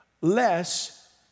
less